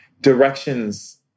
directions